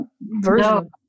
version